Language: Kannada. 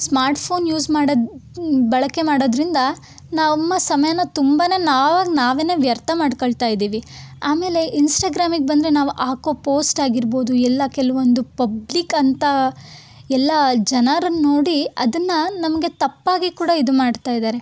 ಸ್ಮಾರ್ಟ್ ಫೋನ್ ಯೂಸ್ ಮಾಡೋ ಬಳಕೆ ಮಾಡೋದರಿಂದ ನಮ್ಮ ಸಮಯನ ತುಂಬಾ ನಾವಾಗಿ ನಾವೇ ವ್ಯರ್ಥ ಮಾಡಿಕೊಳ್ತಾ ಇದ್ದೀವಿ ಆಮೇಲೆ ಇನ್ಸ್ಟಾಗ್ರಾಮಿಗೆ ಬಂದರೆ ನಾವು ಹಾಕೋ ಪೋಸ್ಟ್ ಆಗಿರ್ಬೋದು ಎಲ್ಲ ಕೆಲ್ವೊಂದು ಪಬ್ಲಿಕ್ ಅಂತ ಎಲ್ಲ ಜನರನ್ನ ನೋಡಿ ಅದನ್ನು ನಮಗೆ ತಪ್ಪಾಗಿ ಕೂಡ ಇದು ಮಾಡ್ತಾ ಇದ್ದಾರೆ